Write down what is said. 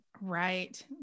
Right